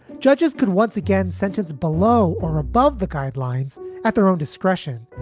judges could once again sentence below or above the guidelines at their own discretion,